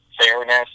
fairness